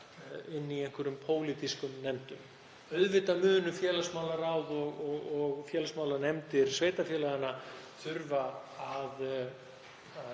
inni í einhverjum pólitískum nefndum. Auðvitað munu félagsmálaráð og félagsmálanefndir sveitarfélaganna þurfa að